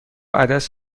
عدس